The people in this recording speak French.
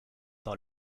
par